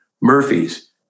Murphy's